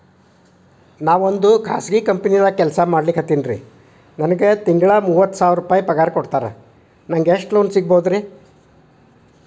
ನಾವೊಂದು ಖಾಸಗಿ ಕಂಪನಿದಾಗ ಕೆಲ್ಸ ಮಾಡ್ಲಿಕತ್ತಿನ್ರಿ, ನನಗೆ ತಿಂಗಳ ಮೂವತ್ತು ಸಾವಿರ ಪಗಾರ್ ಕೊಡ್ತಾರ, ನಂಗ್ ಎಷ್ಟು ಲೋನ್ ಸಿಗಬೋದ ರಿ?